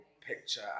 picture